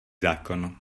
zákon